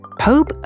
Pope